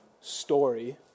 story